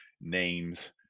names